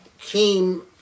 came